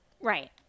right